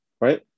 Right